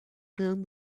found